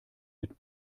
mit